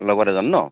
লগত এজন ন'